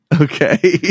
Okay